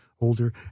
older